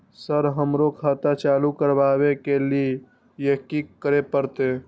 Sir हमरो खाता चालू करबाबे के ली ये की करें परते?